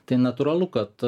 tai natūralu kad